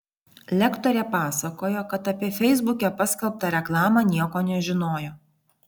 lektorė pasakojo kad apie feisbuke paskelbtą reklamą nieko nežinojo